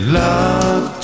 love